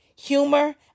humor